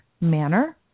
manner